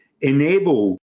enable